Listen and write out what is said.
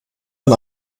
man